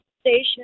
station